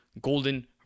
golden